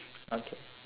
okay